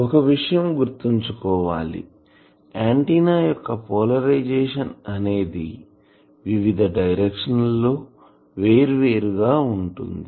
ఒక విషయం గుర్తుంచుకోవాలి ఆంటిన్నా యొక్క పోలరైజేషన్ అనేది వివిధ డైరెక్షన్ లలో వేర్వేరుగా ఉంటుంది